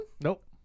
Nope